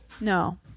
No